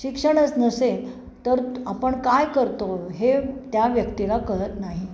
शिक्षणच नसेल तर आपण काय करतो हे त्या व्यक्तीला कळत नाही